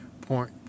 point